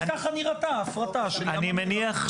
אבל ככה נראתה ההפרטה של ים המלח.